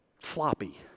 floppy